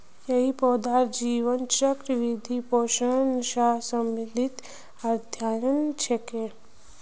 यई पौधार जीवन चक्र, वृद्धि, पोषण स संबंधित अध्ययन छिके